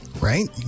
Right